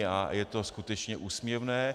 A je to skutečně úsměvné.